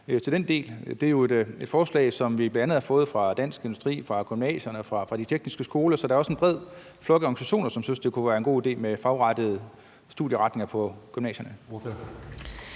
til den del. Det er jo et forslag, som vi bl.a. har fået fra Dansk Industri, fra gymnasierne og fra de tekniske skoler, så der er også en bred flok af organisationer, som synes, det kunne være en god idé med fagrettede studieretninger på gymnasierne.